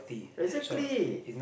exactly